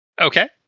Okay